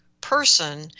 person